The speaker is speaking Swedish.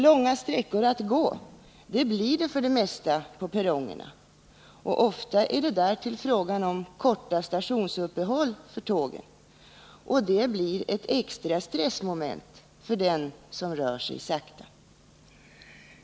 För det mesta blir det långt att gå på perrongerna, och ofta är det därtill fråga om korta stationsuppehåll för tågen. Det blir ett extra stressmoment för den som rör sig sakta.